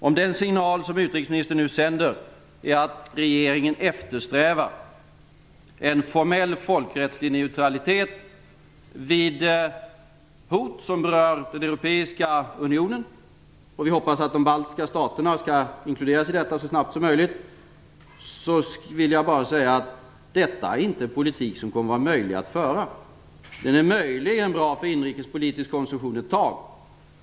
Om den signal som utrikesministern nu sänder är att regeringen eftersträvar en formell folkrättslig neutralitet vid hot som berör den europeiska unionen - och vi hoppas att de baltiska staterna skall inkluderas i denna så snart som möjligt - är detta inte en politik som är möjlig att föra. Den är möjligen bra för inrikespolitisk konsumtion ett tag.